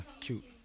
cute